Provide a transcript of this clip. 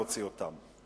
להוציא אותם,